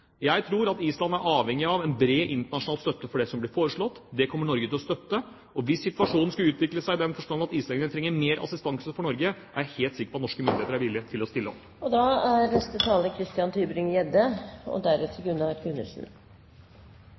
Jeg tror at Island er avhengig av en bred internasjonal støtte for det som blir foreslått. Det kommer Norge til å støtte. Hvis situasjonen skulle utvikle seg i den forstand at islendingene vil trenge mer assistanse fra Norge, er jeg helt sikker på at norske myndigheter er villige til å stille